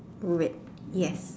red yes